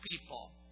people